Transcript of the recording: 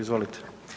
Izvolite.